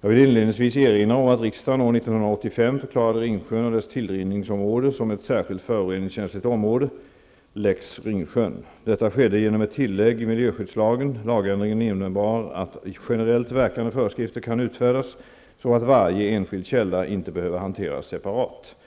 Jag vill inledningsvis erinra om att riksdagen år 1985 förklarade Ringsjön och dess tillrinningsområde som ett särskilt föroreningskänsligt område . Detta skedde genom ett tillägg i miljöskyddslagen. Lagändringen innebar att generellt verkande föreskrifter kan utfärdas, så att varje enskild källa inte behöver hanteras separat.